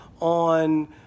on